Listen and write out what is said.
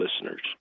listeners